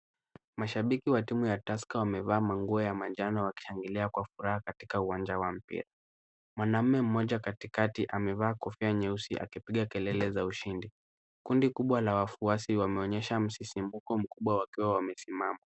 Mashabiki wa timu ya Tusker wamevaa manguo ya manjano wakishangilia kwa furaha katika uwanja wa mpira. Mwanamume mmoja katikati amevaa kofia nyeusi akipiga kelele za ushindi. Kundi kubwa la wafuasi wameonyesha msisimko mkubwa wakiwa wamesimama.